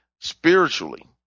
spiritually